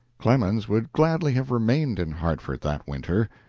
clemens would gladly have remained in hartford that winter.